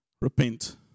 repent